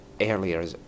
earlier